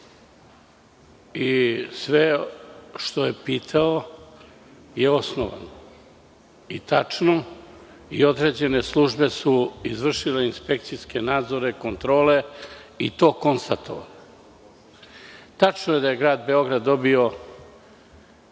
Sve što je pitao je osnovano i tačno. Određene službe su izvršile inspekcijske nadzore, kontrole i to konstatovale. Tačno je da je grad Beograd dobio